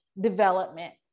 development